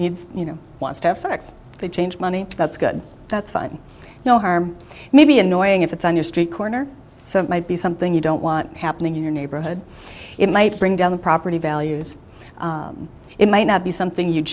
the you know wants to have sex they change money that's good that's fine no harm maybe annoying if it's on your street corner so it might be something you don't want happening in your neighborhood it might bring down the property values it might not be something you'd